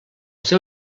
seu